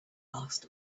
asked